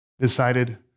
decided